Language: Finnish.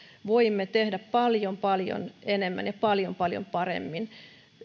voimme tehdä paljon paljon enemmän ja paljon paljon paremmin